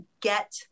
get